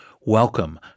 Welcome